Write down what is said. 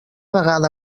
vegada